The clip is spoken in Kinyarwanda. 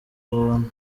buntu